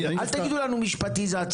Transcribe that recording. אל תגידו לנו משפטיזיציה.